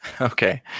Okay